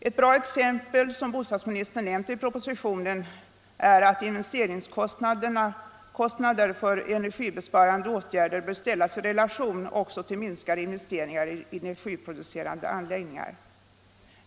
Ett bra exempel, som bostadsministern nämnde i propositionen, är att investeringskostnader för energisparande åtgärder bör ställas i relation till minskade investeringar i energiproducerande anläggningar.